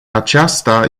acesta